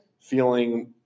feeling